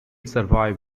survive